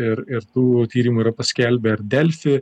ir ir tų tyrimų yra paskelbę ir delfi